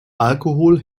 alkohol